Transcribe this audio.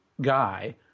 guy